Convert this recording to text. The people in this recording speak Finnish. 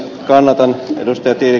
kannatan ennustettiin